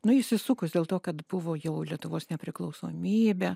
nu įsisukus dėl to kad buvo jau lietuvos nepriklausomybė